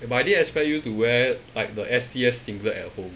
eh but I didn't expect you to wear like the S_C_S singlet at home